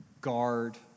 guard